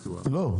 לא,